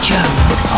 Jones